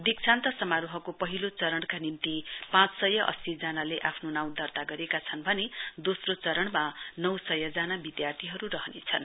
दीक्षान्त समारोहको पहिलो चरणका निम्ति पाँचसय अस्सीजनाले आफ्नो नाँउ दर्ता गरेका छन् भने दोस्रो चरणमा नौ सयजना विद्यार्थी रहनेछन्